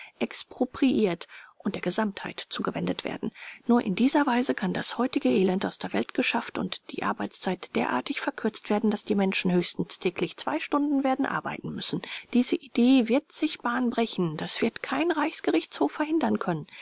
expropriiert und der gesamtheit zugewendet werden nur in dieser weise kann das heutige elend aus der welt geschafft und die arbeitszeit derartig verkürzt werden daß die menschen höchstens täglich zwei stunden werden arbeiten müssen diese idee wird sich bahn brechen das wird kein reichsgerichtshof verhindern können